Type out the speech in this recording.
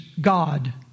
God